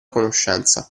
conoscenza